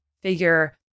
figure